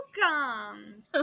Welcome